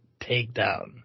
Takedown